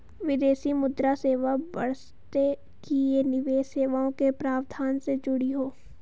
विदेशी मुद्रा सेवा बशर्ते कि ये निवेश सेवाओं के प्रावधान से जुड़ी हों